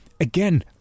Again